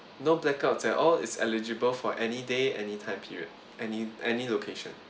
no blackouts at all it's eligible for any day any time period any any location